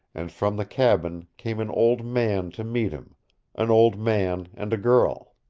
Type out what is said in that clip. and from the cabin came an old man to meet him an old man and a girl.